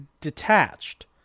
detached